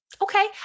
okay